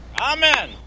Amen